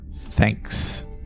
Thanks